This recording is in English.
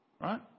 right